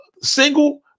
single